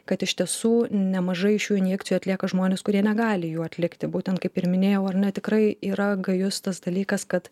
kad iš tiesų nemažai šių injekcijų atlieka žmonės kurie negali jų atlikti būtent kaip ir minėjau ar ne tikrai yra gajus tas dalykas kad